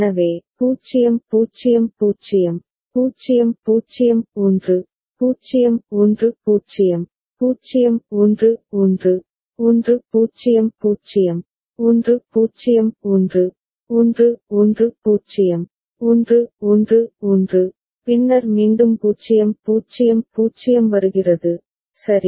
எனவே 0 0 0 0 0 1 0 1 0 0 1 1 1 0 0 1 0 1 1 1 0 1 1 1 பின்னர் மீண்டும் 0 0 0 வருகிறது சரி